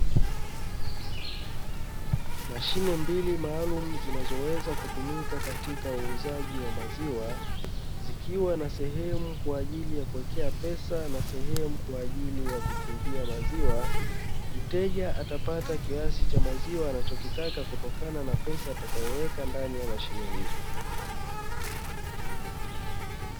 Mashine mbili maalumu zinazoweza kutumika katika uuzaji wa maziwa zikiwa na sehemu kwa ajili ya kuwekea pesa na sehemu kwa ajili ya kukingia maziwa, mteja atapata kiasi cha maziwa anachokitaka kutokana na pesa atakayoweka ndani ya mashine hizo.